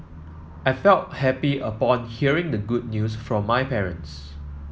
I felt happy upon hearing the good news from my parents